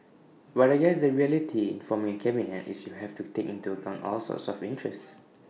what I guess the reality in forming A cabinet is you have to take into account all sorts of interests